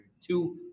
two